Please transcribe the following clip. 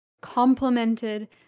complemented